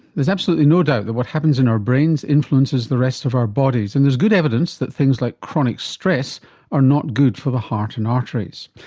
there's absolutely no doubt that what happens in our brains influences the rest of our bodies and there's good evidence that things like chronic stress are not good for the heart and arteries.